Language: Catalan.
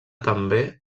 també